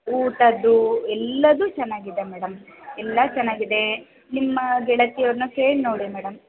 ಊಟದ್ದು ಎಲ್ಲವೂ ಚೆನ್ನಾಗಿದೆ ಮೇಡಮ್ ಎಲ್ಲ ಚೆನ್ನಾಗಿದೆ ನಿಮ್ಮ ಗೆಳತಿಯವರನ್ನ ಕೇಳಿ ನೋಡಿ ಮೇಡಮ್